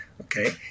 Okay